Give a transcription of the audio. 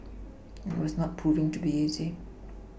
and it was not proving to be easy